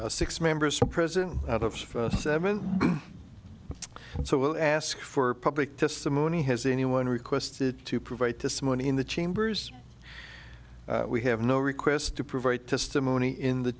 check six members from prison out of seven so we'll ask for public testimony has anyone requested to provide to someone in the chambers we have no request to provide testimony in the